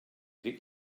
ryk